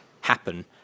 happen